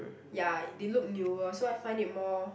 ya they look newer so I find it more